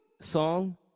song